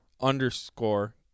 Underscore